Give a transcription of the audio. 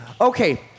Okay